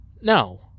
No